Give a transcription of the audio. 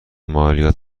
مالیات